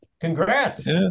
congrats